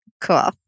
Cool